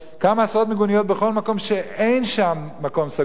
כמה עשרות מיגוניות בכל מקום שאין שם מקום סגור.